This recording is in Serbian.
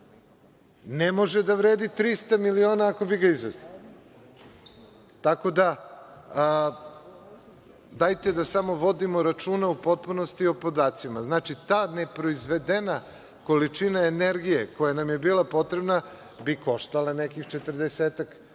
ne može da vredi 300 miliona ako bi ga izvezli, tako da dajte da samo vodimo računa u potpunosti o podacima. Znači, ta neproizvedena količina energije koja nam je bila potrebna bi koštala nekih 40-ak miliona